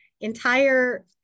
entire